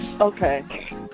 Okay